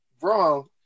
wrong